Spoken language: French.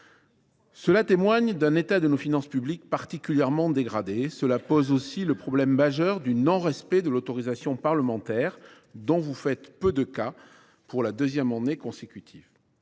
Cela témoigne d’un état de nos finances publiques particulièrement dégradé. Cela pose aussi le problème majeur du non respect de l’autorisation parlementaire, dont vous faites peu de cas pour la deuxième année consécutive,